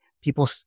People